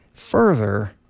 Further